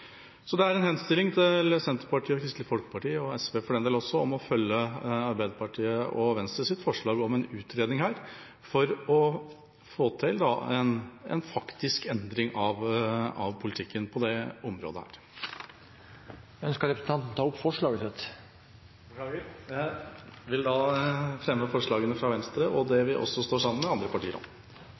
Så det er en henstilling til Senterpartiet og Kristelig Folkeparti, og SV også, for den del, om å følge Arbeiderpartiet og Venstres forslag om en utredning for å få til en faktisk endring av politikken på dette området. Jeg vil da fremme forslaget fra Venstre. Representanten Ketil Kjenseth har tatt opp det forslaget han viste til. Med fare for at dette utvikler seg til en konkurranse om